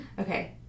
Okay